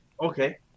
Okay